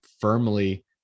firmly